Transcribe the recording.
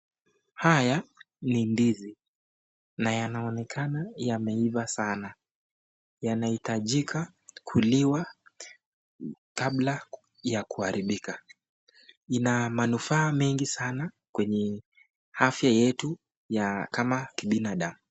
Haya ni ndizi na yanaonekana yameiva sana. Yanahitajika kuliwa kabla ya kuharibika. Nina manufaa mengi sana kwenye afya yetu ya kama kibinadamu.